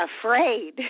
afraid